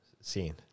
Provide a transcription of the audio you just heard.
scene